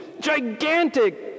gigantic